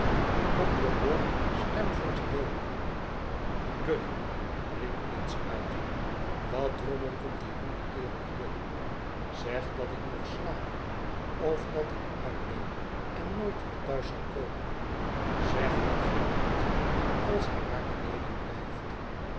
poplar walk stamford hill budden riep minns uit wat drommel komt die ruwe kerel hier doen zeg dat ik nog slaap of dat ik uit ben en nooit weer thuis zal komen zeg wat gij wilt als hij maar beneden blijft